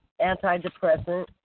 antidepressant